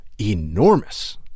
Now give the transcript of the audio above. enormous